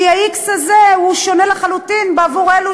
כי ה-x הזה הוא שונה לחלוטין בעבור אלו